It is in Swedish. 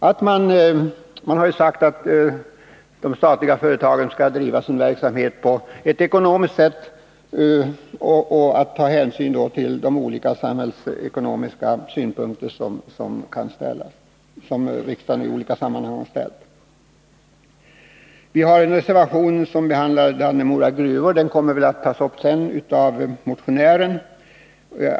Vi har sagt att de statliga företagen skall bedriva = till vissa statliga sin verksamhet på ett ekonomiskt sätt och ta hänsyn till de olika företag, m.m. samhällsekonomiska synpunkter som riksdagen i olika sammanhang har framfört. En reservation behandlar Dannemora gruvor. Den kommer väl att tas upp senare av motionären.